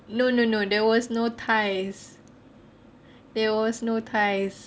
no no no there was no ties there was no ties